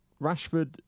Rashford